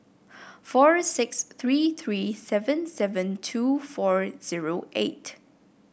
four six three three seven seven two four zero eight